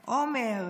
עומר,